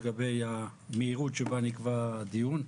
לגבי המהירות שבה נקבע הדיון.